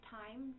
time